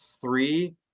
three